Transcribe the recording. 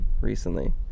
recently